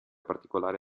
particolare